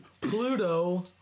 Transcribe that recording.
Pluto